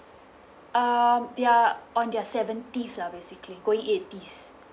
um their on their seventies lah basically going eighties